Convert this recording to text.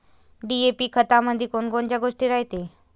DAP खतामंदी कोनकोनच्या गोष्टी रायते?